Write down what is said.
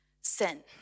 sin